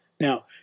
Now